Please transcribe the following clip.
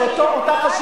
זה אותה חשיבה.